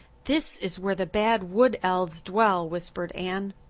this is where the bad wood elves dwell, whispered anne.